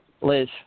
Liz